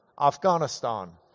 Afghanistan